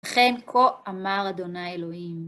וכן כה אמר ה' אלוהים.